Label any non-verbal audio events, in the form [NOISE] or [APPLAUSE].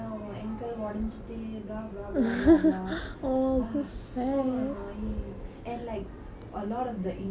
[BREATH] so annoying and like a lot of the injured okay so my class my secondary school class was like the most injured lah